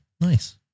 Nice